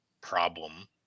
problem